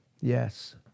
yes